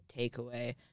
takeaway